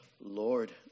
Lord